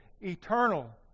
eternal